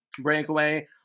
Breakaway